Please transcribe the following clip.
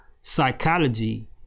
psychology